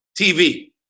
TV